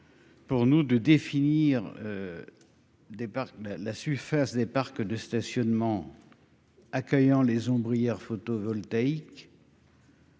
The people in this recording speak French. pour nous de définir des parcs a su faire des parcs de stationnement accueillant les ombrière photovoltaïque.